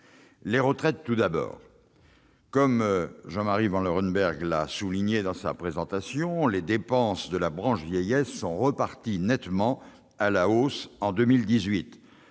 des retraites, comme Jean-Marie Vanlerenberghe l'a souligné dans sa présentation, les dépenses de la branche vieillesse sont reparties nettement à la hausse en 2018,